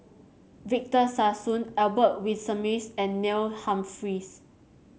Victor Sassoon Albert Winsemius and Neil Humphreys